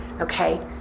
okay